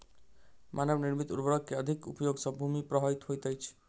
मानव निर्मित उर्वरक के अधिक उपयोग सॅ भूमि प्रभावित होइत अछि